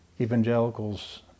Evangelicals